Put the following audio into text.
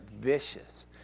vicious